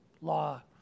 law